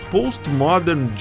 Postmodern